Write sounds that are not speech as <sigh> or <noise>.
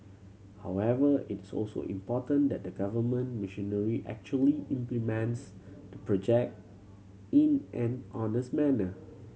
however it <unintelligible> also important that the government machinery actually implements the project in an honest manner